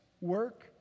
work